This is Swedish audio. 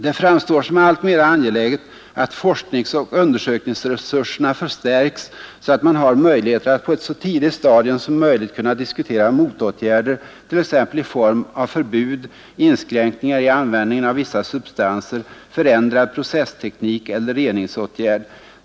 Det framstår som alltmera angeläget att forskningsoch undersökningsresurserna förstärks så att man har möjligheter att på ett så tidigt stadium som möjligt kunna diskutera motåtgärder t.ex. i form av förbud, inskränkningar vid användningen av vissa substanser, förändrad processteknik eller reningsåtgärd.